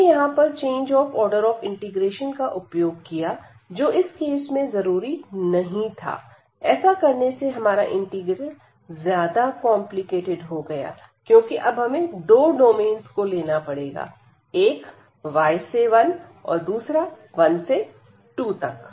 हमने यहां पर change of order of integration का उपयोग किया जो इस केस में जरूरी नहीं था ऐसा करने से हमारा इंटीग्रल ज्यादा कॉम्प्लिकेटेड हो गया क्योंकि अब हमें 2 डोमेन्स को लेना पड़ेगा एक y से 1 और दूसरा 1 से 2 तक